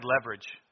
leverage